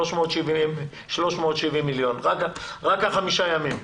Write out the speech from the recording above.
370 מיליון רק החמישה ימים,